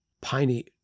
Piney